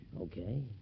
Okay